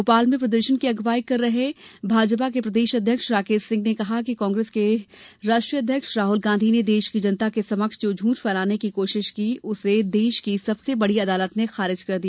भोपाल में प्रदर्शन की अगुवाई कर रहे भाजपा के प्रदेश अध्यक्ष राकेश सिंह ने कहा कि कांग्रेस के राष्ट्रीय अध्यक्ष राहुल गांधी ने देश की जनता के समक्ष जो झूठ फैलाने की कोशिश की उसे देश की सबसे बड़ी अदालत ने खारिज कर दिया